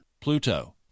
Pluto